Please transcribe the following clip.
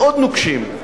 מאוד נוקשים.